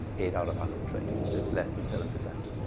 eight out of hundred and twenty that's less than seven percent.